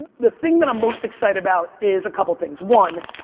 the thing that i'm most excited about is a couple of things. one,